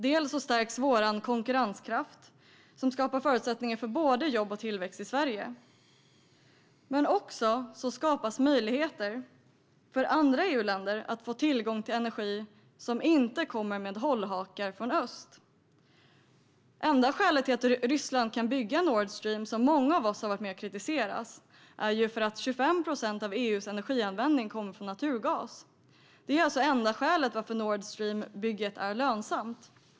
Dels stärks vår konkurrenskraft, som skapar förutsättningar för både jobb och tillväxt i Sverige, dels skapas möjligheter för andra EU-länder att få tillgång till energi som inte kommer med hållhakar från öst. Det enda skälet till att Ryssland kan bygga Nord Stream, som många av oss har varit med om att kritisera, är för att 25 procent av EU:s energianvändning kommer från naturgas. Det är alltså det enda skälet till att Nord Stream-bygget är lönsamt.